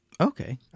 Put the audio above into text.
Okay